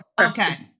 Okay